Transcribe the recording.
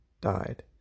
died